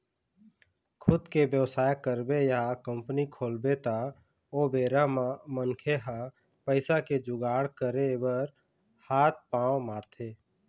खुद के बेवसाय करबे या कंपनी खोलबे त ओ बेरा म मनखे ह पइसा के जुगाड़ करे बर हात पांव मारथे